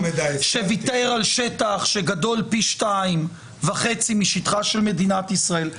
שוויתר על שטח שגדול פי שתיים וחצי משטחה של מדינת ישראל.